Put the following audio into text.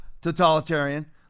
totalitarian